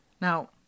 Now